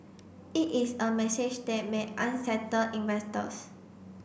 it is a message that may unsettle investors